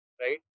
right